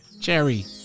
Cherry